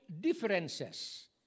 differences